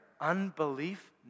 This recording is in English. unbelief